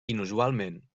inusualment